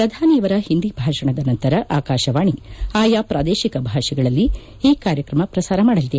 ಪ್ರಧಾನಿಯವರ ಹಿಂದಿ ಭಾಷಣದ ನಂತರ ಆಕಾಶವಾಣಿ ಆಯಾ ಪ್ರಾದೇಶಿಕ ಭಾಷೆಗಳಲ್ಲಿ ಈ ಕಾರ್ಯಕ್ರಮ ಪ್ರಸಾರ ಮಾಡಲಿದೆ